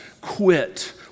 quit